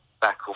back